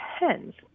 depends